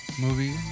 movie